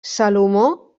salomó